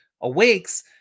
awakes